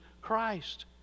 Christ